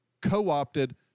co-opted